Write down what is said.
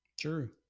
True